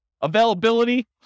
Availability